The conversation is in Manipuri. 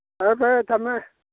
ꯐꯔꯦ ꯐꯔꯦ ꯊꯝꯃꯦ